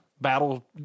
battle